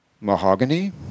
Mahogany